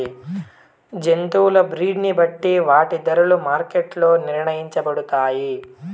జంతువుల బ్రీడ్ ని బట్టి వాటి ధరలు మార్కెట్ లో నిర్ణయించబడతాయి